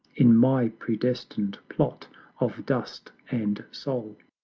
in my predestin'd plot of dust and soul